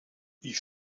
ich